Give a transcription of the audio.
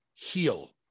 Heal